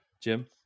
Jim